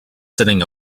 sitting